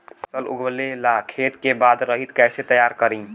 फसल उगवे ला खेत के खाद रहित कैसे तैयार करी?